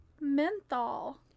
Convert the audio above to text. Menthol